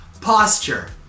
posture